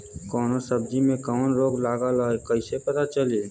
कौनो सब्ज़ी में कवन रोग लागल ह कईसे पता चली?